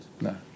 No